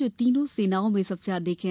जो तीनों सेनाओं में सबसे अधिक है